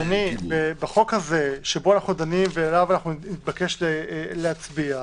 אדוני, בחוק שבו אנחנו דנים ועליו נתבקש להצביע,